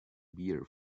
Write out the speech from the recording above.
beer